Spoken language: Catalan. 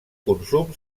consum